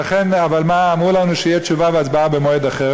שתשובה והצבעה יהיו במועד אחר,